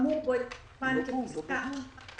האמור בו יסומן כפסקה (1)